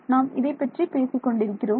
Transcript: நாம் இதைப் பற்றி பேசிக் கொண்டிருக்கிறோம்